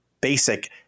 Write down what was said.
basic